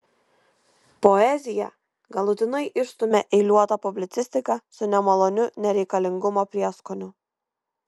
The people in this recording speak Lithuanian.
poeziją galutinai išstumia eiliuota publicistika su nemaloniu nereikalingumo prieskoniu